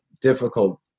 difficult